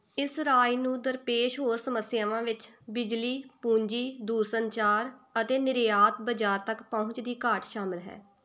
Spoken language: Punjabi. ਇਸ ਰਾਜ ਨੂੰ ਦਰਪੇਸ਼ ਹੋਰ ਸਮੱਸਿਆਵਾਂ ਵਿੱਚ ਬਿਜਲੀ ਪੂੰਜੀ ਦੂਰਸੰਚਾਰ ਅਤੇ ਨਿਰਯਾਤ ਬਜ਼ਾਰ ਤੱਕ ਪਹੁੰਚ ਦੀ ਘਾਟ ਸ਼ਾਮਲ ਹੈ